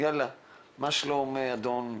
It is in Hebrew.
מה שלום אדון X,